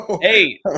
Hey